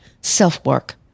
self-work